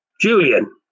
Julian